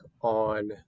on